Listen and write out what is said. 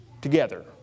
Together